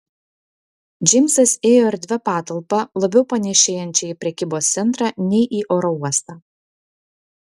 džeimsas ėjo erdvia patalpa labiau panėšėjančia į prekybos centrą nei į oro uostą